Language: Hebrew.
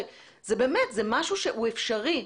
באמת זה משהו שהוא אפשרי.